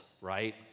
right